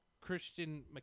Christian